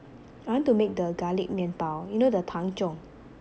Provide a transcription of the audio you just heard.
I want to make the garlic 面包 you know the 汤种